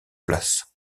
place